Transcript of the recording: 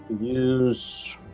Use